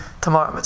tomorrow